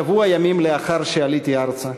שבוע ימים לאחר שעליתי ארצה,